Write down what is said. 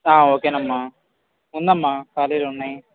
ఒకే అమ్మా ఉందమ్మా ఖాళీలు ఉన్నాయి